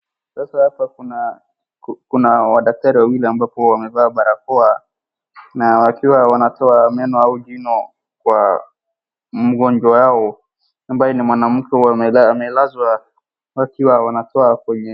Sasa hapa kuna madaktari wawili amabapo wamevaa barakoa na wakiwa wanatoa meno au jino kwa mgonjwa wao ambaye ni mwanamke amelazwa wakiwa wanatoa kwenye...